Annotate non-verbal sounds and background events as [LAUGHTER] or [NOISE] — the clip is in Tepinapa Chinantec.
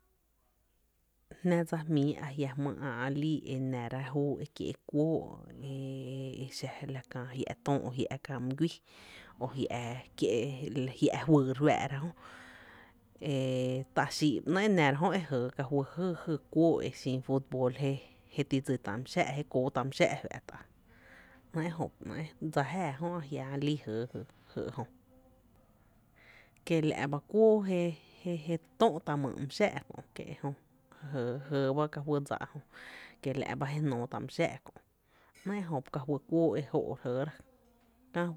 Jná dsa jmíí a jia’ jmýý ä’ nára e kiee’ kuóó e [HESITATION] e xa la kää jia’ töö o jia’ ka’ mý guíí o jiä’ kie’ jia’ juyy re fáá’ra jö e ta’ xíí’ ba ‘né’ jö e nara e jëë ka fý jý kuóó e futbol e je te dsi tá’ mý xⱥⱥ’ jé kóó tá’ mý xⱥⱥ’ fá’tá’, nɇ’ e jö ba ‘nɇ’ dsa jäáä jö a jia’ bii jëë jy e jö, kie’ la’ ba kuóó jé tóó’ tá’ myy’ mý xⱥ’ kö’ jɇɇ bá ka fý dsa ejö kiela’ bá je jnootá’ my xⱥⱥ’ kö’ ‘néé’ ejö ba ‘néé’ kafý kuóó e jó’ re jɇɇra käla.